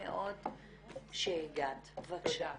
תודה רבה.